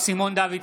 סימון דוידסון,